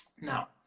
now